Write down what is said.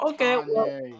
Okay